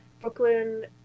Brooklyn